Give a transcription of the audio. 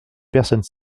personnes